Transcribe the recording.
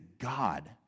God